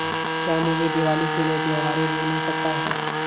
क्या मुझे दीवाली के लिए त्यौहारी ऋण मिल सकता है?